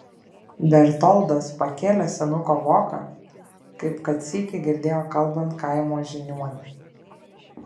bertoldas pakėlė senuko voką kaip kad sykį girdėjo kalbant kaimo žiniuonį